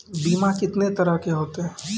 बीमा कितने तरह के होते हैं?